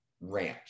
ranch